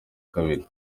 kabiri